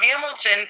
Hamilton